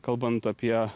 kalbant apie